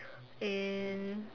and